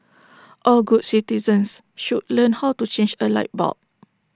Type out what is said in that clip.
all good citizens should learn how to change A light bulb